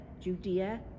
Judea